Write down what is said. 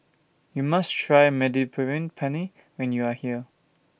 YOU must Try Mediterranean Penne when YOU Are here